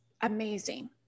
amazing